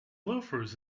loafers